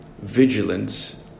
vigilance